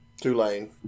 Tulane